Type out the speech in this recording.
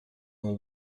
know